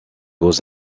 beaux